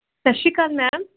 ਸਤਿ ਸ਼੍ਰੀ ਅਕਾਲ ਮੈਮ